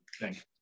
Thanks